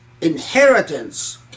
inheritance